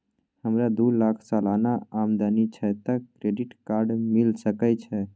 हमरा दू लाख सालाना आमदनी छै त क्रेडिट कार्ड मिल सके छै?